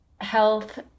health